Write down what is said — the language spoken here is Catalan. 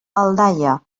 aldaia